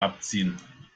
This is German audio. abziehen